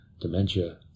dementia